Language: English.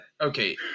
okay